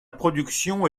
production